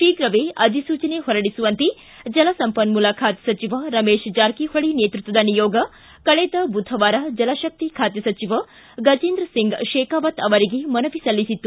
ಶೀಘ್ರವೇ ಅಧಿಸೂಚನೆ ಹೊರಡಿಸುವಂತೆ ಜಲಸಂಪನ್ನೂಲ ಖಾತೆ ಸಚಿವ ರಮೇಶ ಜಾರಕಿಹೊಳಿ ನೇತೃತ್ವದ ನಿಯೋಗ ಕಳೆದ ಬುಧವಾರ ಜಲಶಕ್ತಿ ಖಾತೆ ಸಚಿವ ಗಜೇಂದ್ರಸಿಂಗ್ ಶೆಖಾವತ್ ಅವರಿಗೆ ಮನವಿ ಸಲ್ಲಿಸಿತ್ತು